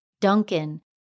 Duncan